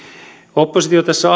oppositio tässä